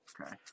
okay